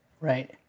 Right